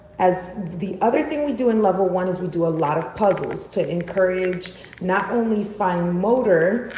as the other thing we do in level one is we do a lot of puzzles to encourage not only fine motor,